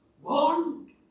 one